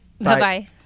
Bye-bye